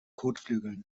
kotflügeln